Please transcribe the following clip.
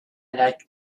like